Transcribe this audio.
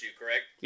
correct